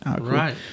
Right